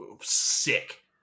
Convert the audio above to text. sick